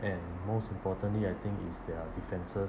and most importantly I think is their defenses